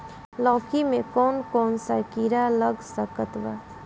लौकी मे कौन कौन सा कीड़ा लग सकता बा?